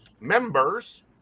members